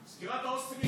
סגירת ההוסטלים,